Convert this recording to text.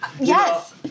yes